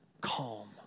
calm